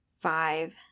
five